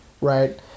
right